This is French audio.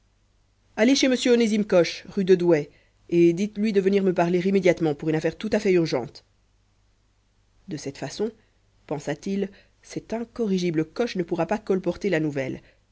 allez chez m onésime coche rue de douai et dites-lui de venir me parler immédiatement pour une affaire tout à fait urgente de cette façon pensa-t-il cet incorrigible coche ne pourra pas colporter la nouvelle